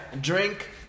drink